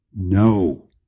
no